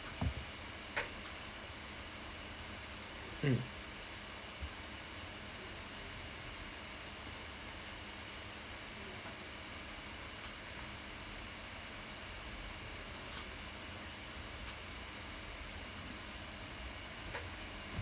mm